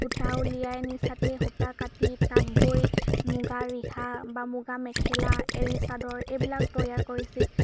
সূতা উলিয়াই নিজ হাতে সূতা কাটি তাঁত বৈ মুগা ৰিহা বা মুগা মেখেলা এৰি চাদৰ এইবিলাক তৈয়াৰ কৰিছিল